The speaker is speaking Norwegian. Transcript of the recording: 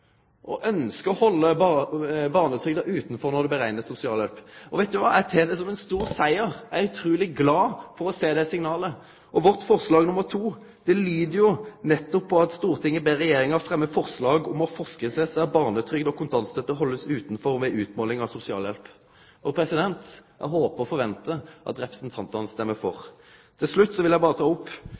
å halde barnetrygda utanfor når ein bereknar sosialhjelp. Eg tek det som ein stor siger. Eg er utruleg glad for å sjå det signalet. Vårt forslag, nr. 8, lyder jo nettopp: «Stortinget ber Regjeringen fremme forslag om å forskriftsfeste at barnetrygd og kontantstøtte holdes utenfor utmålingen av sosialhjelp.» Eg håpar og forventar at representantane stemmer for. Til slutt vil eg ta opp